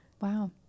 wow